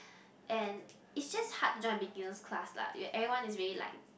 and is just hard to join a beginner's class lah e~ everyone is already like